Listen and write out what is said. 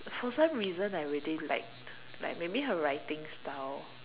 for some reason I really like like maybe her writing style